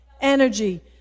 Energy